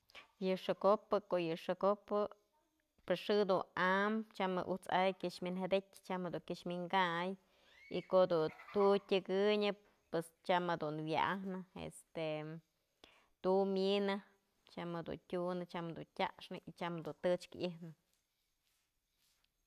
Yë xëko'opë ko'o, yë xëko'opë pues xë dun ambë, tyam je'e uj'së ay kyëx wi'injedetyë, tyam jedun këx winkay, y ko'o du tu'i tyëkënyë, pues tyam jedun wya'ajnë este tu'u myenë tyam jedun tyunë, tyam du tyaxnë, tyam du tëx ijnë.